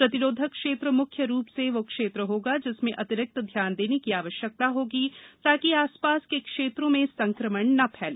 प्रतिरोधक क्षेत्र मुख्य रूप से वह क्षेत्र होगा जिसमें अतिरिक्त ध्यान देने की आवश्यकता होगी ताकि आसपास के क्षेत्रों में संक्रमण न फैले